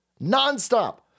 Nonstop